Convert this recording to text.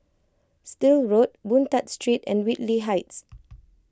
Still Road Boon Tat Street and Whitley Heights